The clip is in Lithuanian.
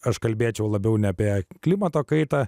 aš kalbėčiau labiau ne apie klimato kaitą